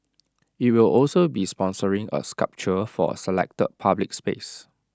IT will also be sponsoring A sculpture for A selected public space